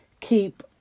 keep